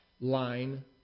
line